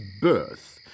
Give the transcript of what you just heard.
birth